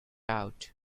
out